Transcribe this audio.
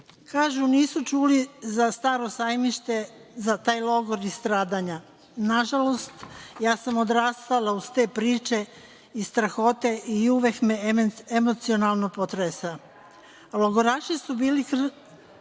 nisu čuli za Staro Sajmište, za taj logor stradanja. Nažalost, ja sam odrastala uz te priče i strahote i uvek me emocionalno potresa. Logoraši su bili krvnički